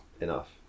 enough